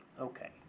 Okay